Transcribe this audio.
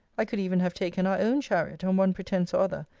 i could even have taken our own chariot, on one pretence or other,